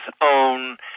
own